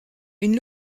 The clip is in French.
une